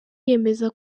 yemeza